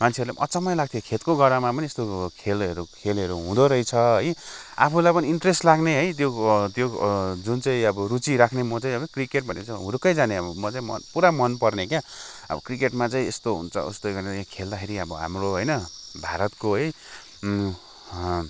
मान्छेहरूलाई पनि अचम्मै लाग्थ्यो खेतको गरामा पनि यस्तो खेल खेलहरू हुँदो रहेछ है आफूलाई पनि इन्ट्रेस्ट लाग्ने है त्यो त्यो जुन चाहिँ रुचि राख्ने म चाहिँ क्रिकेट भनेपछि हुरुक्कै जाने म चाहिँ पुरा मन पर्ने क्या अब क्रिकेटमा चाहिँ यस्तो हुन्छ उस्तो हुन्छ खेल्दाखेरि हाम्रो होइन भारतको है